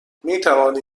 میتوانی